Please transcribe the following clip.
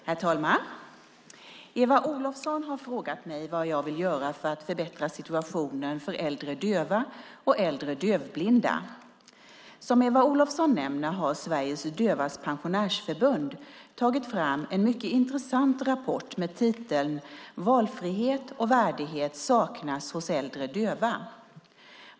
Herr talman! Eva Olofsson har frågat mig vad jag vill göra för att förbättra situationen för äldre döva och äldre dövblinda. Som Eva Olofsson nämner har Sveriges Dövas Pensionärsförbund tagit fram en mycket intressant rapport med titeln Valfrihet och värdighet saknas hos äldre döva .